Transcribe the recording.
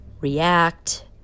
react